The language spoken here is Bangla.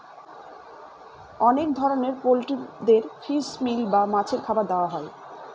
অনেক ধরনের পোল্ট্রিদের ফিশ মিল বা মাছের খাবার দেওয়া হয়